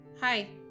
Hi